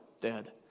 dead